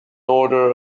order